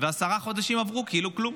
ועשרה חודשים עברו כאילו כלום.